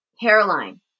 hairline